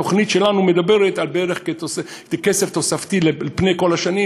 התוכנית שלנו מדברת על כסף תוספתי על פני כל השנים,